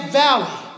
valley